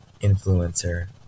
influencer